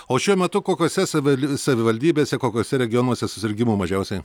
o šiuo metu kokiose savi savivaldybėse kokiuose regionuose susirgimų mažiausiai